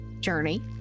journey